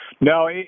No